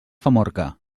famorca